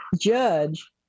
judge